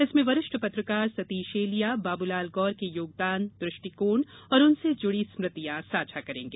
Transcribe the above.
इसमें वरिष्ठ पत्रकार सतीश एलिया बाबूलाल गौर के योगदान दृष्टिकोण और उनसे हुड़ी स्मृतियां साझा करेंगे